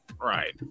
right